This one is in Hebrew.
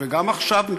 וגם עכשיו,